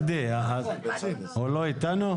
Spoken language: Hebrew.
הוא לא איתנו?